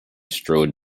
strode